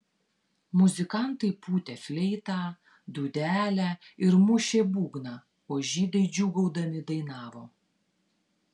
muzikantai pūtė fleitą dūdelę ir mušė būgną o žydai džiūgaudami dainavo